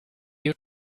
you